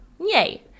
Yay